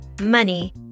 money